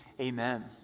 Amen